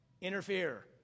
Interfere